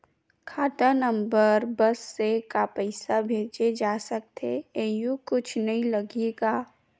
खाता नंबर बस से का पईसा भेजे जा सकथे एयू कुछ नई लगही का?